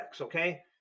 okay